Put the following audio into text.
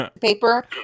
Paper